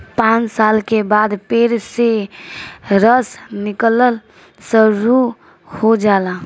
पांच साल के बाद पेड़ से रस निकलल शुरू हो जाला